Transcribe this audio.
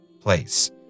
place